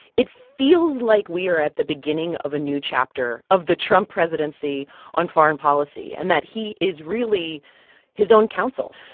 it feels like we are at the beginning of a new chapter of the trump presidency on foreign policy and that he is really his own counsel.